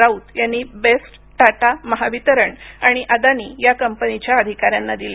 राऊत यांनी बेस्ट टाटा महावितरण आणि अदानी या कंपनीच्या अधिकाऱ्यांना दिले